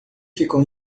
ficou